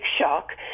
shock